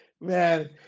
Man